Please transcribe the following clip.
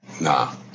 Nah